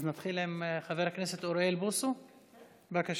נתחיל עם חבר הכנסת אוריאל בוסו, בבקשה.